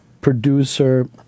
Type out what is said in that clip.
producer